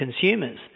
consumers